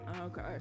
Okay